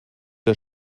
der